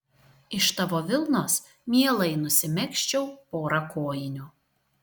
iš tavo vilnos mielai nusimegzčiau porą kojinių